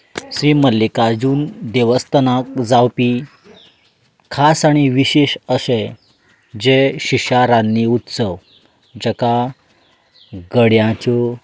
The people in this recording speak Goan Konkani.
श्री मल्लीकार्जून देवस्थानांत जावपी खास आनी विशेश अशे जयशिशारान्नी उत्सव जाका घड्यांच्यो